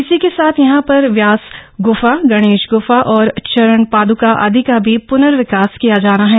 इसी के साथ यहां पर व्यास गुफा गणेश गुफा और चरण पादुका आदि का भी पुनर्विकास किया जाना है